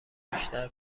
بیشتر